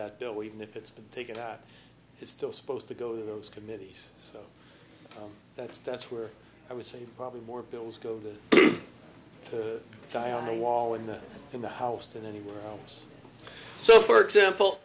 would even if it's been taken out it's still supposed to go to those committees so that's that's where i would say probably more bills go to the wall in the in the house than anywhere else so for example